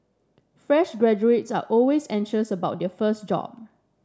fresh graduates are always anxious about their first job